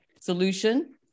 Solution